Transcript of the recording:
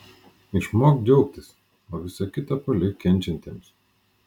išmok džiaugtis o visa kita palik kenčiantiems